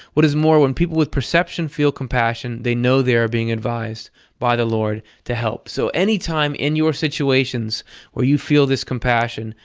what is more, when people with perception feel compassion, they know they are being advised by the lord to help. so any time in your situations where you feel this compassion,